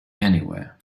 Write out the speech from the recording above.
anywhere